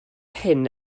hyn